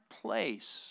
place